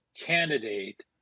candidate